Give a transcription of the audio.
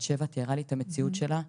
בת שבע תיארה לי את המציאות שלה,